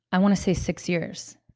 i want to say, six years.